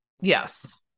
Yes